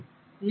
மிக்க நன்றி